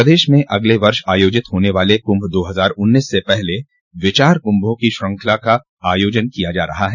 प्रदेश में अगले वर्ष आयोजित होने वाले कुम्भ दो हजार उन्नीस से पहले विचार कुम्भों को श्रृंखला का आयोजन किया जा रहा है